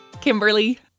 Kimberly